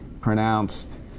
pronounced